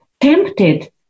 tempted